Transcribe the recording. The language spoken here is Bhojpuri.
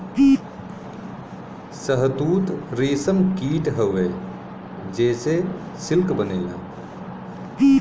शहतूत रेशम कीट हउवे जेसे सिल्क बनेला